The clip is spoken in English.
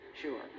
Sure